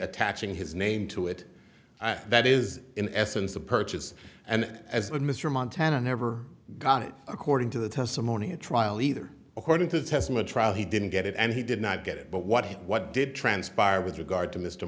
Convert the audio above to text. attaching his name to it that is in essence a purchase and as mr montana never got it according to the testimony at trial either according to the testament trial he didn't get it and he did not get it but what he what did transpire with regard to mr